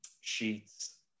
sheets